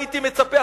הייתי מצפה,